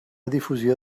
difusió